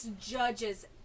judges